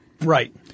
Right